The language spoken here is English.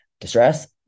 distress